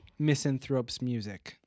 misanthropesmusic